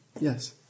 yes